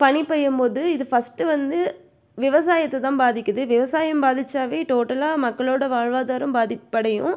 பனி பெய்யும் போது இது ஃபர்ஸ்ட்டு வந்து விவசாயத்தை தான் பாதிக்குது விவசாயம் பாதிச்சாவே டோட்டலாக மக்களோட வாழ்வாதாரம் பாதிப்படையும்